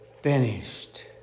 finished